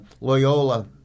Loyola